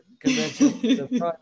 convention